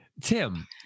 Tim